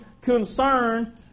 concern